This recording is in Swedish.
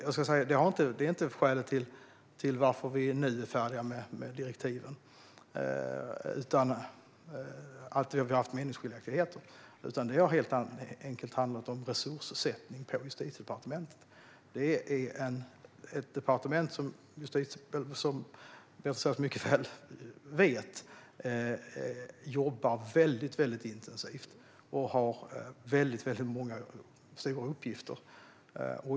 Meningsskiljaktigheter är inte skälet till att det är nu som vi är färdiga med direktiven, utan det har helt enkelt handlat om hur vi ska använda resurserna på Justitiedepartementet. Det är ett departement som, vilket Beatrice Ask mycket väl vet, jobbar mycket intensivt och har väldigt många stora uppgifter.